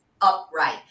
upright